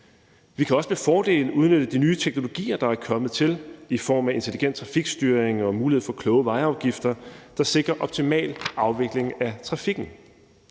Vi kan også med fordel udnytte de nye teknologier, der er kommet til i form af intelligent trafikstyring og mulighed for kloge vejafgifter, der sikrer optimal afvikling af trafikken.